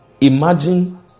Imagine